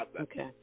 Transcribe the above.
okay